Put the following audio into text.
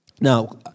Now